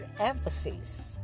emphasis